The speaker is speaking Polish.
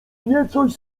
niecoś